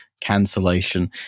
cancellation